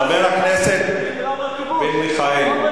חבר הכנסת בן-ארי,